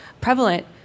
prevalent